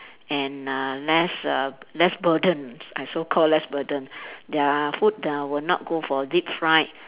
and uh less uh less burden I so called less burden their food uh will not go for deep fried